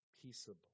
peaceable